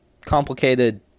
complicated